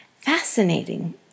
Fascinating